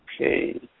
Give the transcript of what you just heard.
Okay